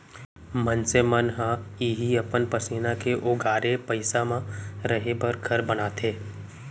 मनसे मन ह इहीं अपन पसीना के ओगारे पइसा म रहें बर घर बनाथे